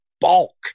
bulk